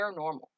paranormal